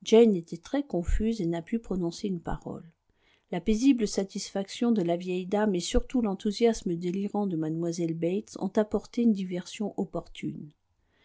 était très confuse et n'a pu prononcer une parole la paisible satisfaction de la vieille dame et surtout l'enthousiasme délirant de mlle bates ont apporté une diversion opportune